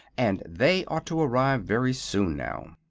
and they ought to arrive very soon, now.